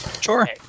Sure